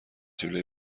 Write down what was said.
جلوی